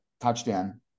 touchdown